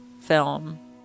film